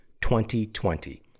2020